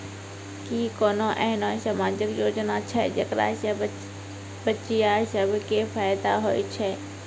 कि कोनो एहनो समाजिक योजना छै जेकरा से बचिया सभ के फायदा होय छै?